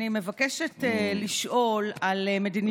אני מבקשת לשאול על מדיניות הטיפול,